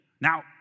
Now